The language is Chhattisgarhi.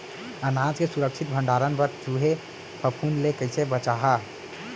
अनाज के सुरक्षित भण्डारण बर चूहे, फफूंद ले कैसे बचाहा?